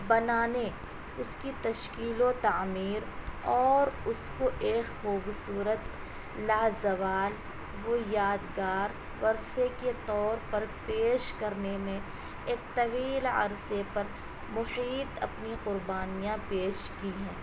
بنانے اس کی تشکیل و تعمیر اور اس کو ایک خوبصورت لازوال وہ یادگار ورثے کے طور پر پیش کرنے میں ایک طویل عرصے پر محیط اپنی قربانیاں پیش کی ہیں